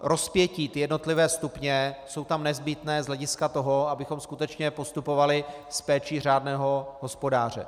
Rozpětí, jednotlivé stupně jsou tam nezbytné z hlediska toho, abychom skutečně postupovali s péčí řádného hospodáře.